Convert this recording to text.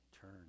turn